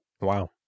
wow